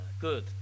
good